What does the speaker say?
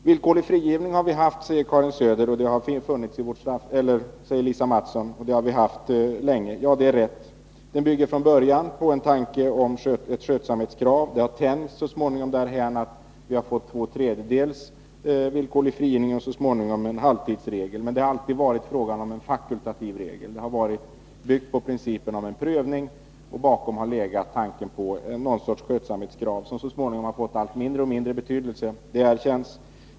Villkorlig frigivning har vi haft länge, sade Lisa Mattson. Ja, det är rätt. Den bygger från början på ett skötsamhetskrav. Det har tänjts så småningom därhän att vi har fått villkorlig frigivning efter två tredjedelar av strafftiden och så småningom en halvtidsregel. Men det har alltid varit en fakultativ regel. Den har byggt på principen om en prövning. Bakom har legat ett skötsamhetskrav, som så småningom har fått allt mindre betydelse. Det erkänns.